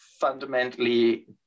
fundamentally